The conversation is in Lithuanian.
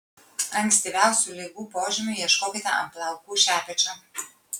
ankstyviausių ligų požymių ieškokite ant plaukų šepečio